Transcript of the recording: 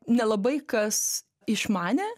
nelabai kas išmanė